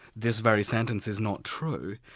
this very sentence is not true,